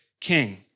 king